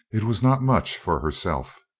it was not much for herself.